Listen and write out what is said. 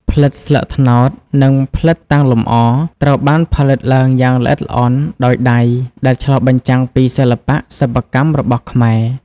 ផ្លិតស្លឹកត្នោត និងផ្លិតតាំងលម្អ ត្រូវបានផលិតឡើងយ៉ាងល្អិតល្អន់ដោយដៃ ដែលឆ្លុះបញ្ចាំងពីសិល្បៈសិប្បកម្មរបស់ខ្មែរ។